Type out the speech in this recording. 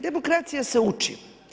Demokracija se uči.